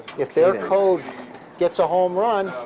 if their code gets a home run,